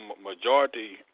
Majority